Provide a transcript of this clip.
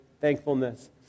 thankfulness